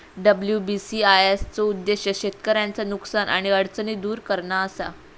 WBCIS चो उद्देश्य शेतकऱ्यांचा नुकसान आणि अडचणी दुर करणा असा